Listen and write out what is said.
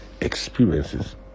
experiences